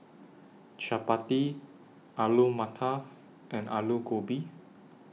Chapati Alu Matar and Alu Gobi